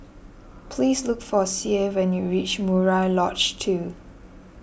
please look for Sie when you reach Murai Lodge two